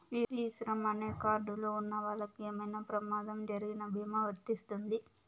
ఈ శ్రమ్ అనే కార్డ్ లు ఉన్నవాళ్ళకి ఏమైనా ప్రమాదం జరిగిన భీమా వర్తిస్తుంది